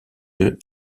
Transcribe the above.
deux